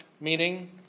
Meaning